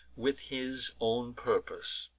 with his own purpose.